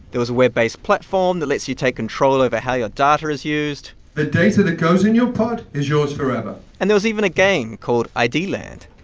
there was a web-based platform that lets you take control over how your data is used the data that goes in your pod is yours forever and there was even a game called id land.